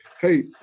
hey